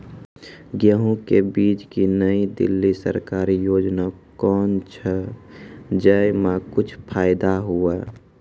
गेहूँ के बीज की नई दिल्ली सरकारी योजना कोन छ जय मां कुछ फायदा हुआ?